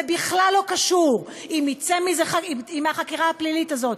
זה בכלל לא קשור אם מהחקירה הפלילית הזאת